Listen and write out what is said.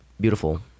beautiful